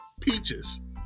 Peaches